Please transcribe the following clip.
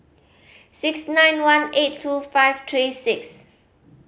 six nine one eight two five three six